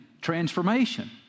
transformation